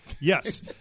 Yes